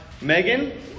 Megan